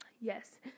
yes